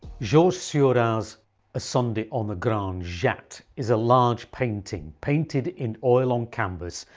georges seurat's, a sunday on the grande jatte is a large painting, painted in oil on canvas,